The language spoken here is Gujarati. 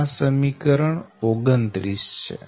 આ સમીકરણ 29 છે